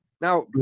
now